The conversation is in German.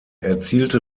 erzielte